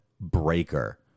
Breaker